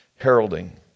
heralding